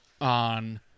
on